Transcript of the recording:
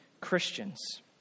Christians